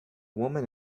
woman